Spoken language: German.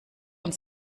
und